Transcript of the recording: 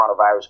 coronavirus